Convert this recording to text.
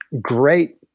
great